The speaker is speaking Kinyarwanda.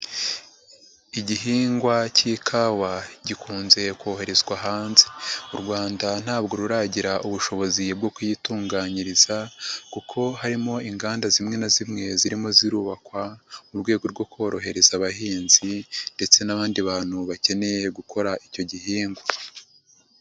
Igihingwa cy'ikawa gikunze koherezwa hanze. U Rwanda ntabwo ruragira ubushobozi bwo kuyitunganyiriza kuko harimo inganda zimwe na zimwe zirimo zirubakwa mu rwego rwo korohereza abahinzi ndetse n'abandi bantu bakeneye gukora icyo gihingwa.